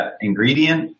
ingredient